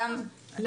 אנחנו מכירות את זה.